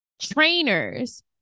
trainers